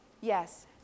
Yes